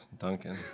Duncan